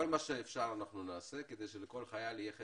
כל מה שאפשר אנחנו נעשה כדי שלכל חייל יהיה חדר.